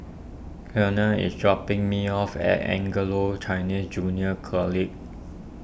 Keanna is dropping me off at Anglo Chinese Junior College